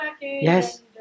Yes